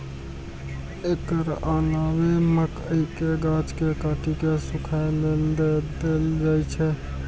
एकर अलावे मकइक गाछ कें काटि कें सूखय लेल दए देल जाइ छै